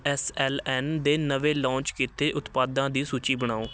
S L N ਦੇ ਨਵੇਂ launch ਕੀਤੇ ਉਤਪਾਦਾਂ ਦੀ ਸੂਚੀ ਬਣਾਓ